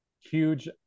huge